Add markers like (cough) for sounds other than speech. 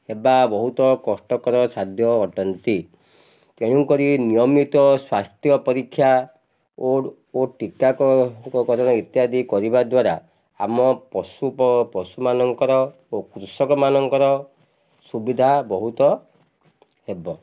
ହେବା ବହୁତ କଷ୍ଟକର ସାଧ୍ୟ୍ୟ ଅଟନ୍ତି ତେଣୁକରି ନିୟମିତ ସ୍ୱାସ୍ଥ୍ୟ ପରୀକ୍ଷା (unintelligible) ଓ ଟୀକାକରଣ ଇତ୍ୟାଦି କରିବା ଦ୍ୱାରା ଆମ ପଶୁ (unintelligible) ପଶୁମାନଙ୍କର ଓ କୃଷକମାନଙ୍କର ସୁବିଧା ବହୁତ ହେବ